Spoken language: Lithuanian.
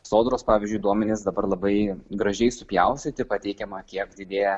sodros pavyzdžiui duomenys dabar labai gražiai supjaustyti ir pateikiama kiek didėja